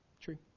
True